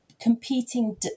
competing